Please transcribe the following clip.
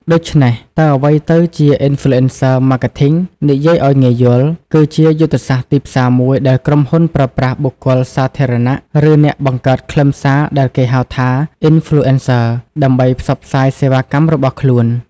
ដូច្នេះ តើអ្វីទៅជា Influencer Marketing? និយាយឱ្យងាយយល់ គឺជាយុទ្ធសាស្ត្រទីផ្សារមួយដែលក្រុមហ៊ុនប្រើប្រាស់បុគ្គលសាធារណៈ ឬអ្នកបង្កើតខ្លឹមសារដែលគេហៅថា Influencers ដើម្បីផ្សព្វផ្សាយសេវាកម្មរបស់ខ្លួន។